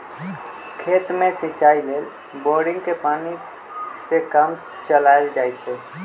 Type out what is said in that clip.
खेत में सिचाई लेल बोड़िंगके पानी से काम चलायल जाइ छइ